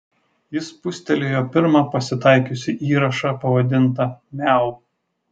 ji spustelėjo pirmą pasitaikiusį įrašą pavadintą miau